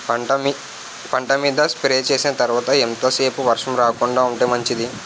పంట మీద స్ప్రే చేసిన తర్వాత ఎంత సేపు వర్షం రాకుండ ఉంటే మంచిది?